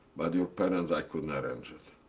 but your parents, i couldn't arrange it.